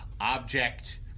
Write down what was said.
object